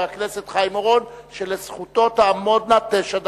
חבר הכנסת חיים אורון, שלזכותו תעמודנה תשע דקות.